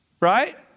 right